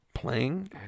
Playing